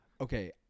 okay